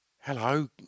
Hello